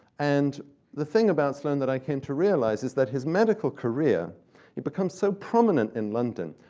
and the thing about sloane that i came to realize is that his medical career he becomes so prominent in london,